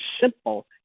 simple